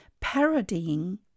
parodying